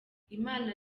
imana